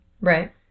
Right